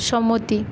সম্মতি